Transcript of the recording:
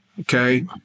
okay